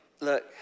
Look